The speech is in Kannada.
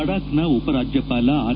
ಲಡಾಖ್ನ ಉಪರಾಜ್ಯಪಾಲ ಆರ್